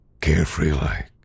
carefree-like